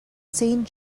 saint